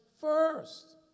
first